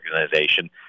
organization